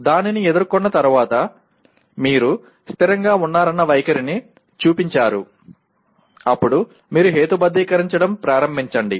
దానిని ఎదుర్కున్న తర్వాత మీరు స్థిరంగా ఉన్నారన్న వైఖరిని చూపించారు అప్పుడు మీరు హేతుబద్ధీకరించడం ప్రారంభించండి